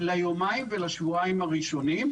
ליומיים ולשבועיים הראשונים.